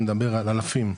אני מדבר על אלפים,